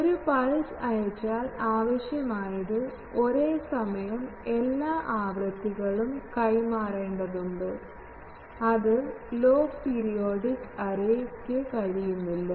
ഒരു പൾസ് അയച്ചാൽ ആവശ്യമായത് ഒരേ സമയം എല്ലാ ആവൃത്തികളും കൈമാറേണ്ടതുണ്ട് അത് ലോഗ് പീരിയോഡിക് എറേ കഴിയില്ല